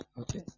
Okay